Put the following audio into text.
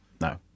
no